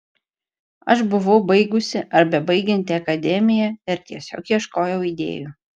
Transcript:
aš buvau baigusi ar bebaigianti akademiją ir tiesiog ieškojau idėjų